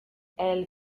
elle